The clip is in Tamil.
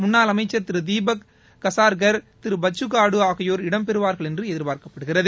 முன்னாள் அமைச்சர் திரு தீபக் கார்கர் திரு பச்சு காடு ஆகியோர் இடம் பெறுவார்கள் என்று எதிர்பார்க்கப்படுகிறது